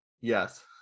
Yes